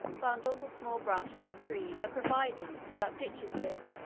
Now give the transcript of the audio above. bundles of small branches of trees are provided to fill up ditches with,